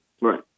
Right